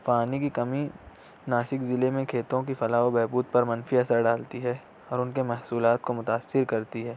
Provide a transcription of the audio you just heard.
پانی کی کمی ناسک ضلع میں کھیتوں کی فلاح و بہبود پر منفی اثر ڈالتی ہے اور ان کے محصولات کو متأثر کرتی ہے